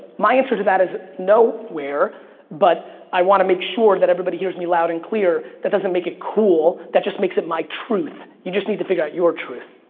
my answer to that is nowhere, but i want to make sure that everybody hears me loud and clear, that doesn't make it cool. that just makes it my truth. you just need to figure out your truth.